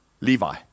Levi